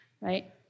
right